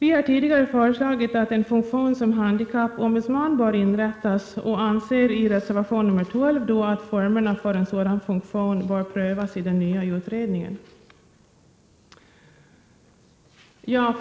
Vi har tidigare föreslagit att en funktion som handikappombudsman bör inrättas och anför i reservation nr 12 att formerna för en sådan funktion bör prövas i den nya utredningen.